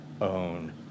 own